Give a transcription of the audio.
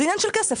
זה עניין של כסף.